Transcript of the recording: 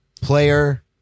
Player